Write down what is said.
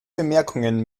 bemerkungen